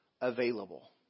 available